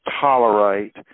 tolerate